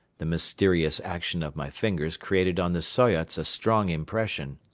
the mysterious action of my fingers created on the soyots a strong impression.